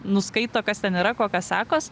nuskaito kas ten yra kokios sekos